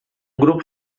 grupo